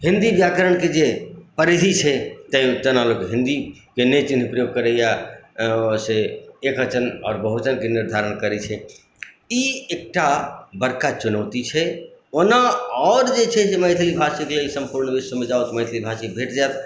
हिन्दी व्याकरणके जे परिधि छै ताहिमे तहिना लोक हिन्दीके चिह्न प्रयोग करैए ओ से एकवचन आओर बहुवचनके निर्धारण करै छै ई एकटा बड़का चुनौती छै ओना आओर जे छै से मैथिलीभाषीके लेल सम्प्पूर्ण विश्वमे जाउ तऽ मैथिलीभाषी भेट जाएत